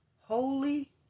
Holy